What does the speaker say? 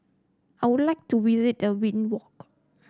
I would like to visit the Windhoek